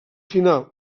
final